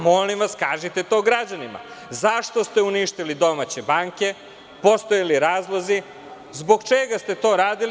Molim vas, kažite to građanima – zašto ste uništili domaće banke, postoje li razlozi i zbog čega ste to radili?